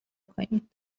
کنید